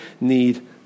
need